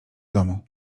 domu